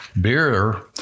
beer